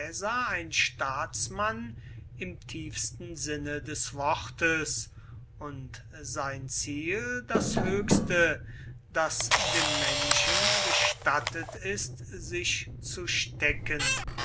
ein staatsmann im tiefsten sinne des wortes und sein ziel das höchste das dem menschen gestattet ist sich zu stecken